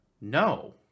No